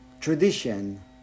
tradition